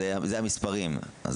אלה המספרים.